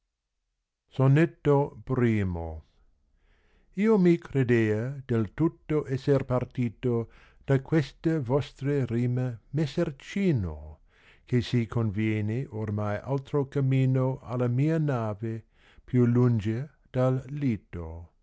sonetto l i o mi credea del tutto esser partito da queste vostre rime messer cino che si conviene omai altro cammino alla mia nave più lunge dal lito